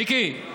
מיקי,